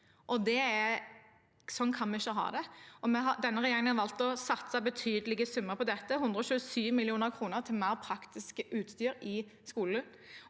Sånn kan vi ikke ha det. Denne regjeringen har valgt å satse betydelige summer på dette – 127 mill. kr til mer praktisk utstyr i skolen